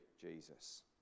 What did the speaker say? Jesus